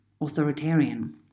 authoritarian